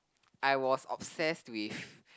I was obsessed with